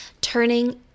Turning